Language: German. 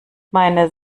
meine